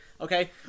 okay